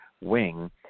wing